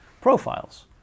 profiles